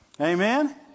Amen